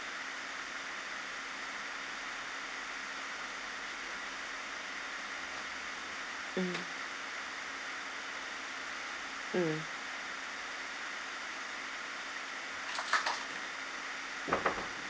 mm mm